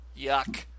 Yuck